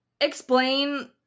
explain